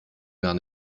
gar